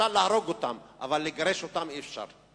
אפשר להרוג אותם, אבל לגרש אותם אי-אפשר.